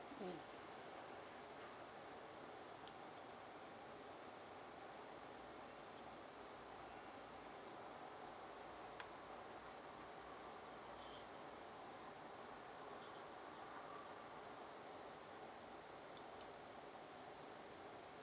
mm